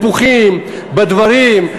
בניפוחים, בדברים.